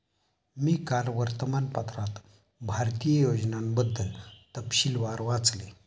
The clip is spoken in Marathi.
मी काल वर्तमानपत्रात भारतीय योजनांबद्दल तपशीलवार वाचले